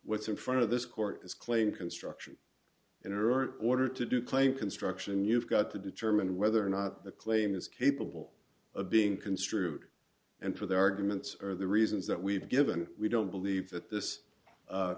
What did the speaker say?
what's in front of this court is claim construction in her order to do claim construction you've got to determine whether or not the claim is capable of being construed and for the arguments or the reasons that we've given we don't believe that this